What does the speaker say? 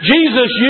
Jesus